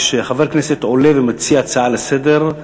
כשחבר כנסת עולה ומציע הצעה לסדר-היום,